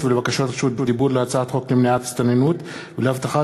ולבקשות רשות דיבור להצעת החוק למניעת הסתננות ולהבטחת